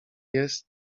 jest